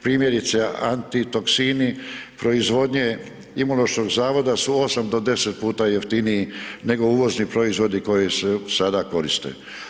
Primjerice, antitoksini proizvodnje Imunološkog zavoda su 8 do 10 puta jeftiniji nego uvozni proizvodi koji se sada koriste.